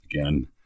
again